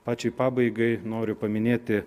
pačiai pabaigai noriu paminėti